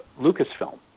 Lucasfilm